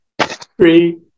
Three